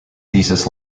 thesis